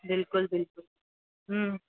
बिल्कुलु बिल्कुलु